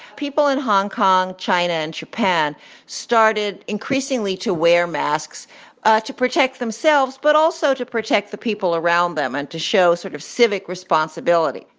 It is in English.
people in hong kong, china and japan started increasingly to wear masks ah to protect themselves but also to protect the people around them and to show sort of civic responsibility.